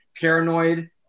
paranoid